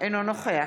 אינו נוכח